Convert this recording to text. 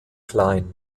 kline